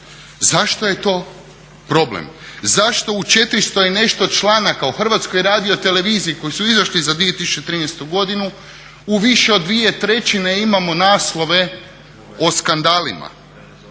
Zašto je to problem, zašto u 400 i nešto članaka o HRT-u koji su izašli za 2013. godinu u više od dvije trećine imamo naslove o skandalima,